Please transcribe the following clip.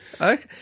Okay